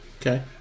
Okay